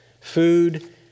food